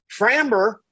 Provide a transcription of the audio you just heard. Framber